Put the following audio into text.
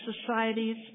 societies